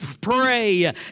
pray